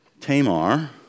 Tamar